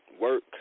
work